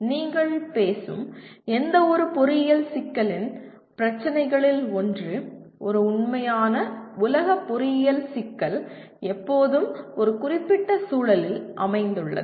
நீங்கள் பேசும் எந்தவொரு பொறியியல் சிக்கலின் பிரச்சினைகளில் ஒன்று ஒரு உண்மையான உலக பொறியியல் சிக்கல் எப்போதும் ஒரு குறிப்பிட்ட சூழலில் அமைந்துள்ளது